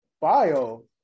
bio